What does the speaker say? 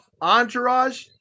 Entourage